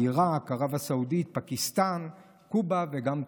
עיראק, ערב הסעודית, פקיסטן, קובה וגם תימן.